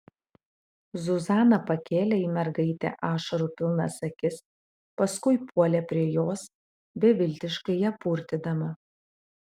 zuzana pakėlė į mergaitę ašarų pilnas akis paskui puolė prie jos beviltiškai ją purtydama